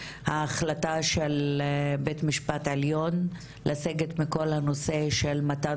ההחלטה של בית המשפט העליון לסגת מכל הנושא של מתן